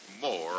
more